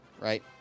right